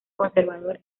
conservador